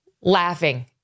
laughing